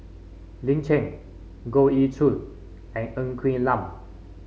Lin Chen Goh Ee Choo and Ng Quee Lam